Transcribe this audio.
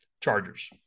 Chargers